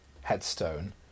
headstone